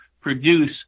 produce